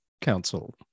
Council